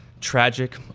Tragic